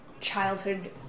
childhood